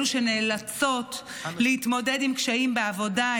אלו שנאלצות להתמודד עם קשיים בעבודה,